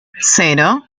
cero